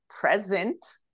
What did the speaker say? present